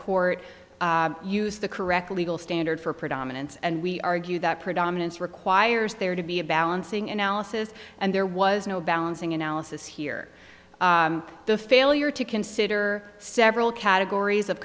court used the correct legal standard for predominance and we argue that predominance requires there to be a balancing analysis and there was no balancing analysis here the failure to consider several categories of